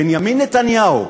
בנימין נתניהו,